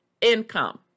income